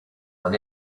when